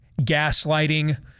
gaslighting